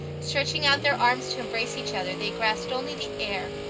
stretching out their arms to embrace each other, they grasped only the air!